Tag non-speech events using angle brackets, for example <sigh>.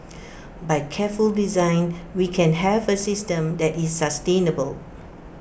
<noise> by careful design we can have A system that is sustainable